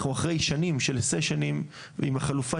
אנחנו אחרי שנים של סשנים ועם החלופה,